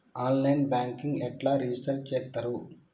On line banking ఎట్లా register చేత్తరు?